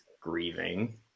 grieving